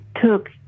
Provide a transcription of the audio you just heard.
took